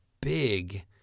big